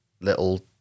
little